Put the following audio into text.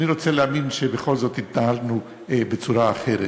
אני רוצה להאמין שבכל זאת התנהלנו בצורה אחרת.